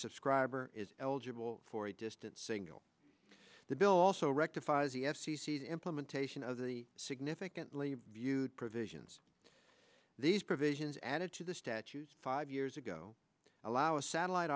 subscriber is eligible for a distance single the bill also rectifies the f c c the implementation of the significantly provisions these provisions added to the statues five years ago allow a satellite